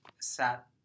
sat